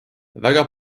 väga